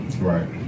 Right